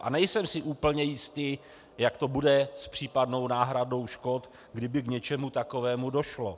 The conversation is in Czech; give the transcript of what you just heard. A nejsem si úplně jistý, jak to bude s případnou náhradou škod, kdyby k něčemu takovému došlo.